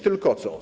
Tylko co?